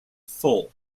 full